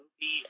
movie